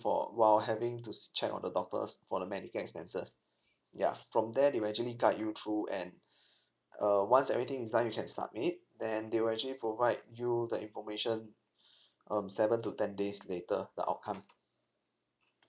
for while having to s~ check on the doctors for the medical expenses ya from there they will actually guide you through and uh once everything is done you can submit then they will actually provide you the information um seven to ten days later the outcome